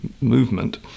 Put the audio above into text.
movement